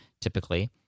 typically